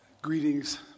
Greetings